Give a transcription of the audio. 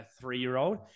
three-year-old